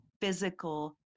physical